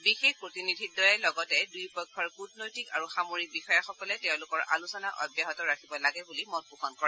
বিশেষ প্ৰতিনিধিদ্ঘয়ে লগতে দুয়োপক্ষৰ কূটনৈতিক আৰু সামৰিক বিষয়াসকলে তেওঁলোকৰ আলোচনা অব্যাহত ৰাখিব লাগে বুলি মত পোষণ কৰে